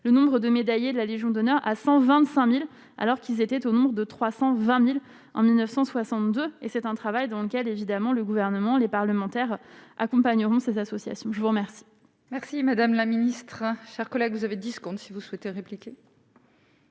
le nombre de médaillés de la Légion d'honneur à 125000 alors qu'ils étaient au nombre de 320000 en 1962 et c'est un travail dans lequel évidemment le gouvernement, les parlementaires accompagneront ces associations, je vous remercie. Merci madame la ministre, chers collègues, vous avez 10 secondes si vous souhaitez répliquer.